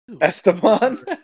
Esteban